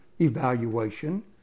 evaluation